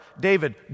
David